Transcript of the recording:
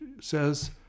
says